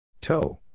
Toe